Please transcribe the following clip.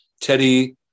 Teddy